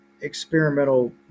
experimental